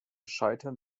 scheitern